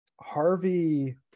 Harvey